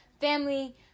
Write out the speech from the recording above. family